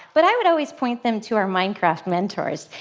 but i would always point them to our minecraft mentors.